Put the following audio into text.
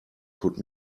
could